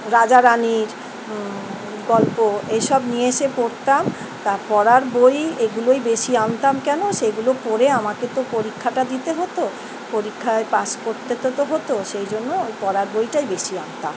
রাজারানির গল্প এসব নিয়ে এসে পড়তাম তা পড়ার বই এগুলোই বেশি আনতাম কেন সেগুলো পড়ে আমাকে তো পরীক্ষাটা দিতে হতো পরীক্ষায় পাস করতে টা তো হতো সেই জন্য ওই পড়ার বইটাই বেশি আনতাম